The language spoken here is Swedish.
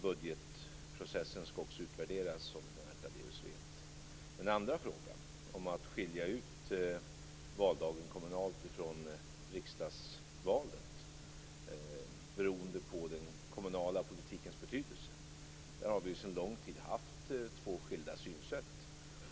Budgetprocessen skall också utvärderas, som Lennart Daléus vet. I den andra frågan, om att skilja ut valdagen för kommunvalen från riksdagsvalet, beroende på den kommunala politikens betydelse, har vi sedan lång tid haft två skilda synsätt.